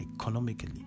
economically